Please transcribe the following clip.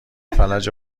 فلج